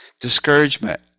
discouragement